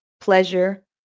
pleasure